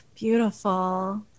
Beautiful